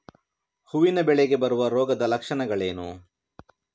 ಹೂವಿನ ಬೆಳೆಗೆ ಬರುವ ರೋಗದ ಲಕ್ಷಣಗಳೇನು?